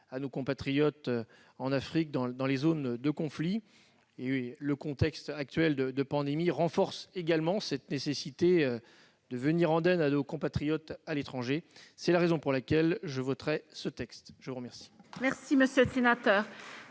à nos compatriotes en Afrique, qui se trouvent dans des zones de conflit. Le contexte actuel de pandémie renforce également la nécessité de venir en aide à nos compatriotes à l'étranger. C'est la raison pour laquelle je voterai ce texte. L'amendement